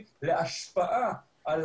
אנחנו מדברים על